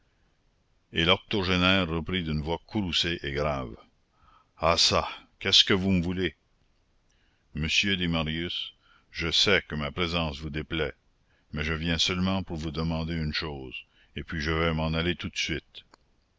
et l'octogénaire reprit d'une voix courroucée et grave ah çà qu'est-ce que vous me voulez monsieur dit marius je sais que ma présence vous déplaît mais je viens seulement pour vous demander une chose et puis je vais m'en aller tout de suite